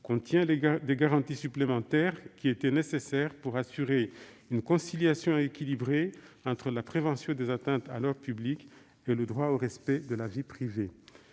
contient les garanties supplémentaires qui étaient nécessaires pour assurer une conciliation équilibrée entre la prévention des atteintes à l'ordre public et le droit au respect de la vie privée.